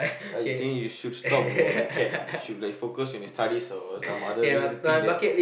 I think you should stop about the cat you should like focus on your studies or some other little little thing that